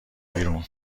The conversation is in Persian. بیرون